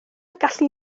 gallu